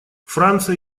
франция